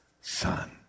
son